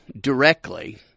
directly